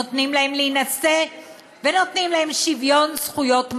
נותנים להם להינשא ונותנים להם שוויון זכויות מלא.